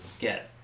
get